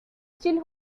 still